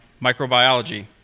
microbiology